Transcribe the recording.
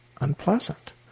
unpleasant